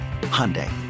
hyundai